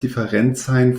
diferencajn